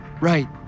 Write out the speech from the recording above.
Right